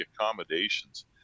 accommodations